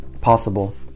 possible